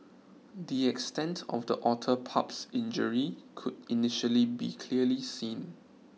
the extent of the otter pup's injury could initially be clearly seen